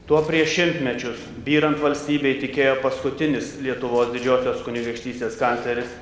tuo prieš šimtmečius byrant valstybei tikėjo paskutinis lietuvos didžiosios kunigaikštystės kancleris